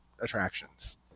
attractions